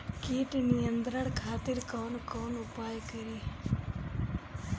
कीट नियंत्रण खातिर कवन कवन उपाय करी?